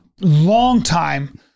longtime